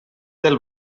del